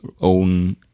own